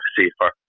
safer